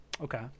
Okay